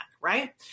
right